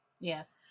Yes